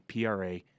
PRA